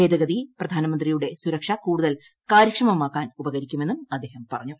ഭേദഗതി പ്രധാനമന്ത്രിയുടെ സുരക്ഷ കൂടുതൽ കാര്യക്ഷമമാക്കാൻ ഉപകരിക്കുമെന്നും അദ്ദേഹം പറഞ്ഞു